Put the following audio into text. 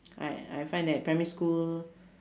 I I find that primary school